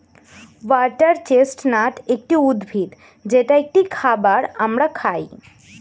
water chestnut একটি উদ্ভিদ যেটা একটি খাবার আমরা খাই